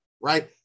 right